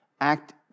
Act